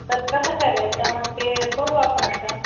तर कसं ठरवायचं मग ते बघू आपण आता